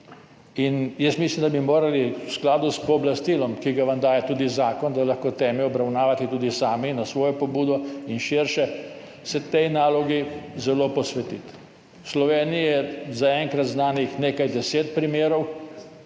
in jaz mislim, da bi se morali v skladu s pooblastilom, ki ga vam daje tudi zakon, da lahko teme obravnavate tudi sami, na svojo pobudo in širše, tej nalogi zelo posvetiti. V Sloveniji je zaenkrat znanih nekaj deset primerov,